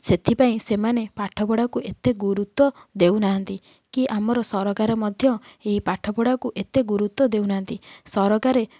ସେଥିପାଇଁ ସେମାନେ ପାଠପଢ଼ାକୁ ଏତେ ଗୁରୁତ୍ୱ ଦେଉନାହାଁନ୍ତି କି ଆମର ସରକାର ମଧ୍ୟ ଏହି ପାଠପଢ଼ାକୁ ଏତେ ଗୁରୁତ୍ୱ ଦେଉନାହାଁନ୍ତି ସରକାର